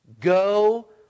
Go